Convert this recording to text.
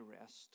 rest